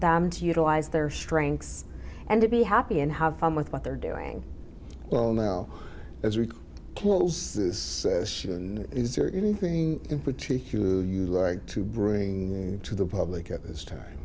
them to utilize their strengths and to be happy and have fun with what they're doing well now as we can all says is there anything in particular you like to bring to the public at this time